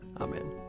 Amen